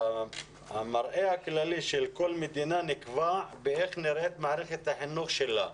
המראה הכללי של כל מדינה נקבע באיך נראית מערכת החינוך שלה,